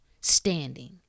standing